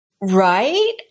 Right